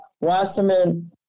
Wasserman